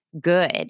good